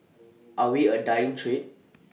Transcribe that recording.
are we A dying trade